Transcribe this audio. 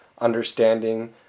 understanding